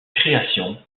création